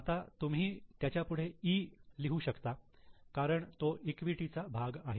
आत्ता तुम्ही त्याच्या पुढे 'E' लिहू शकता कारण तो इक्विटी चा भाग आहे